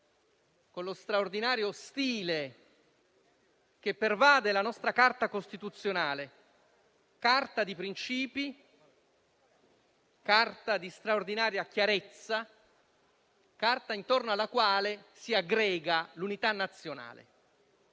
con lo straordinario stile che pervade la nostra Carta costituzionale: una Carta di principi e di straordinaria chiarezza, intorno alla quale si aggrega l'unità nazionale.